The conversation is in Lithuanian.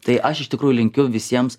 tai aš iš tikrųjų linkiu visiems